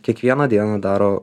kiekvieną dieną daro